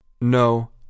No